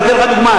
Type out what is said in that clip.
אני אתן לך דוגמה,